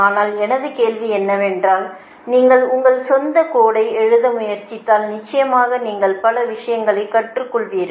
ஆனால் எனது கேள்வி என்னவென்றால் நீங்கள் உங்கள் சொந்த கோடை எழுத முயற்சித்தால் நிச்சயமாக நீங்கள் பல விஷயங்களை கற்றுக்கொள்வீர்கள்